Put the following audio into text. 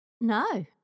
No